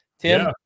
Tim